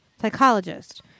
psychologist